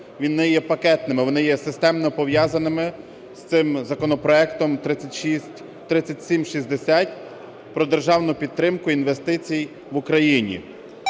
не є пакетним, вони є системно пов'язаними з цим законопроектом 3760 про державну підтримку інвестицій в Україні.